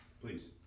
please